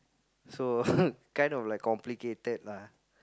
so kind of like complicated lah